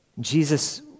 Jesus